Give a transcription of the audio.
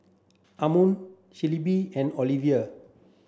Ammon Shelbi and Oliva